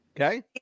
Okay